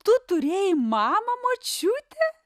tu turėjai mamą močiute